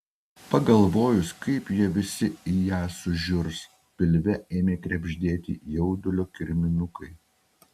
pagalvojus kaip jie visi į ją sužiurs pilve ėmė krebždėti jaudulio kirminukai